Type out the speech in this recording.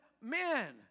men